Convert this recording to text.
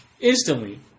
instantly